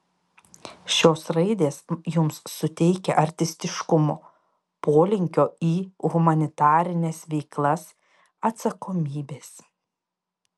šios raidės jums suteikia artistiškumo polinkio į humanitarines veiklas atsakomybės